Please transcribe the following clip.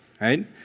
right